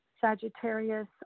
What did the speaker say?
Sagittarius